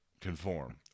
conform